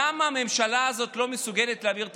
למה הממשלה הזאת לא מסוגלת להעביר תקציב?